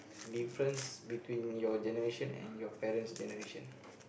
difference between your generation and your parent's generation